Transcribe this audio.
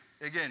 again